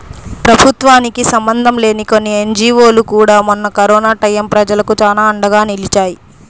ప్రభుత్వానికి సంబంధం లేని కొన్ని ఎన్జీవోలు కూడా మొన్న కరోనా టైయ్యం ప్రజలకు చానా అండగా నిలిచాయి